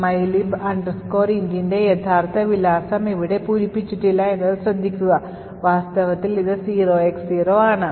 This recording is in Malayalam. Mylib int ന്റെ യഥാർത്ഥ വിലാസം ഇവിടെ പൂരിപ്പിച്ചിട്ടില്ല എന്നത് ശ്രദ്ധിക്കുക വാസ്തവത്തിൽ ഇത് 0X0 ആണ്